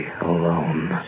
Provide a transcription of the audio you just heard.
alone